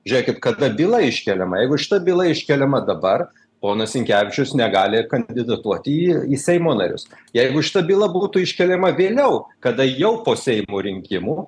žiūrėkit kada byla iškeliama jeigu šita byla iškeliama dabar ponas sinkevičius negali kandidatuoti į į seimo narius jeigu šita byla būtų iškeliama vėliau kada jau po seimo rinkimų